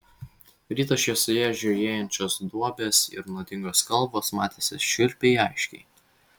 ryto šviesoje žiojėjančios duobės ir nuodingos kalvos matėsi šiurpiai aiškiai